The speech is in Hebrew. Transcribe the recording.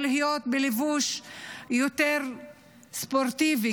או להיות בלבוש יותר ספורטיבי,